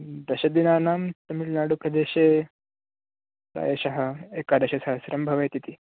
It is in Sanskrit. दशदिनानां तमिल्नाडुप्रदेशे प्रायशः एकादशसहस्रं भवेत् इति